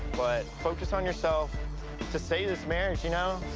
but focus on yourself to save this marriage, you know.